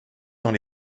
dans